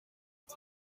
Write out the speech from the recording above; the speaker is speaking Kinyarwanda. iki